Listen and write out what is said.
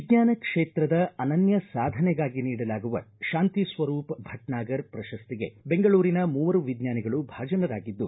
ವಿಜ್ಞಾನ ಕ್ಷೇತ್ರದ ಅನನ್ನ ಸಾಧನೆಗಾಗಿ ನೀಡಲಾಗುವ ತಾಂತಿ ಸ್ನರೂಪ್ ಭಟ್ನಾಗರ್ ಪ್ರಶಸ್ತಿಗೆ ಬೆಂಗಳೂರಿನ ಮೂವರು ವಿಜ್ಞಾನಿಗಳು ಭಾಜನರಾಗಿದ್ದು